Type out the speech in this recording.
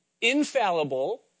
infallible